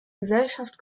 gesellschaft